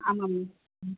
ஆமாம் மேம் ம்